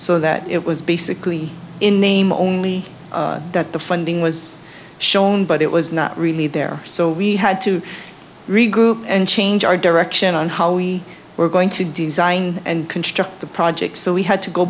so that it was basically in name only that the funding was shown but it was not really there so we had to regroup and change our direction on how we were going to design and construct the project so we had to go